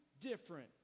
different